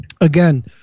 Again